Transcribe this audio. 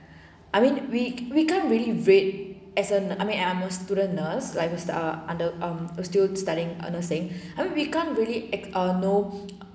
I mean we we can't really wait as in I mean I'm a student nurse like was ah under um still studying nursing I mean we can't really act err no